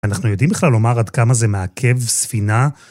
אנחנו יודעים בכלל לומר עד כמה זה מעכב ספינה